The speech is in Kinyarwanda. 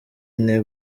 ine